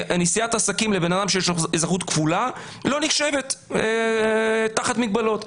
נסיעת עסקים לבן אדם שיש לו אזרחות כפולה לא נחשבת תחת מגבלות.